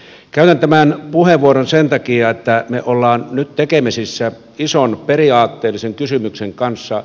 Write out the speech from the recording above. käytän tämän puheenvuoron sen takia että me olemme nyt tekemisissä ison periaatteellisen kysymyksen kanssa